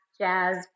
jazz